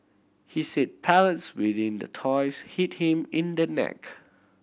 he said pellets within the toys hit him in the neck